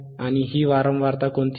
आणि ही वारंवारता कोणती आहे